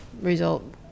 result